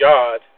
God